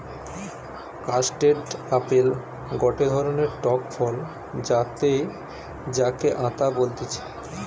custard apple গটে ধরণের টক ফল যাতে যাকে আতা বলতিছে